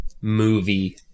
movie